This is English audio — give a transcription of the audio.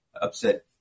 upset